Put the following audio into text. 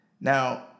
now